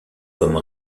comme